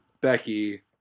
Becky